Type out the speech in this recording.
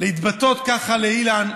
להתבטא ככה כלפי אילן.